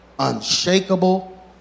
unshakable